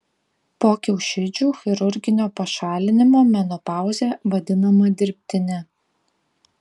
po kiaušidžių chirurginio pašalinimo menopauzė vadinama dirbtine